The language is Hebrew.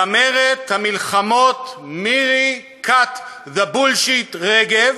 זמרת המלחמות מירי "cut the bullshit" רגב,